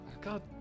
God